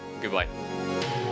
Goodbye